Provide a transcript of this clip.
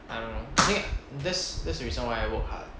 um 因为 that's that's the reason I work hard